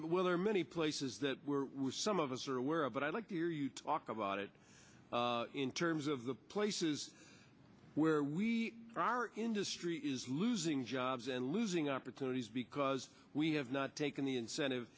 weather many places that were some of us are aware of but i'd like to hear you talk about it in terms of the places where we are our industry is losing jobs and losing opportunities because we have not taken the incentive